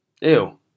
Ew